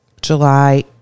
July